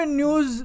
news